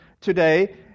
today